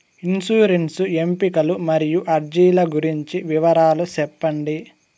insurance ఎంపికలు మరియు అర్జీల గురించి వివరాలు సెప్పండి